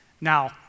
Now